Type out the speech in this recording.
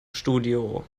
studio